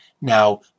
Now